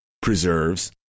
preserves